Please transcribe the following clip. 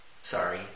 Sorry